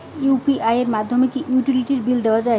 UPI এর মাধ্যমে কি ইউটিলিটি বিল দেওয়া যায়?